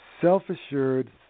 self-assured